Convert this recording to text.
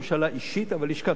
אבל לשכת ראש הממשלה,